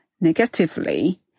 negatively